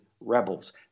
rebels